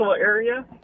area